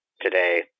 today